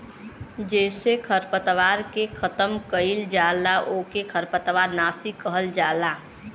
जेसे खरपतवार के खतम कइल जाला ओके खरपतवार नाशी कहल जाला